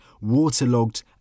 waterlogged